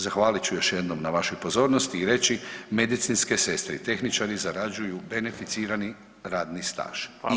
Zahvalit ću još jednom na vašoj pozornosti i reći, medicinske sestre i tehničari zarađuju beneficirani radni staž i zaslužuju.